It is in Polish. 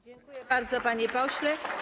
Dziękuję bardzo, panie pośle.